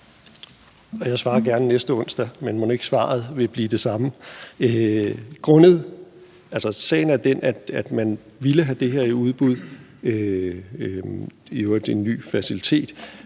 Jeg svarer gerne næste onsdag, men mon ikke svaret vil blive det samme. Sagen er den, at man ville have det her i udbud, i øvrigt en ny facilitet,